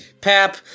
pap